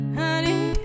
honey